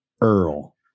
Earl